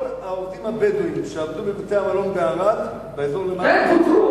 כל העובדים הבדואים שעבדו בבתי-המלון בערד פוטרו.